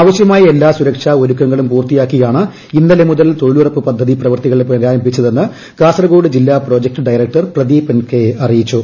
ആവശ്യമായ എല്ലാ സുരക്ഷാ ഒരുക്കങ്ങളും പൂർത്തിയാക്കിയാണ് ഇന്നലെ മുതൽ തൊഴിലുറപ്പ് പ്രവൃത്തികൾ പുനരാരംഭിച്ചതെന്ന് കാസർഗോഡ് ജില്ലാ പ്രോജക്ട് ഡയറക്ടർ പ്രദീപൻ കെ അറിയിച്ചു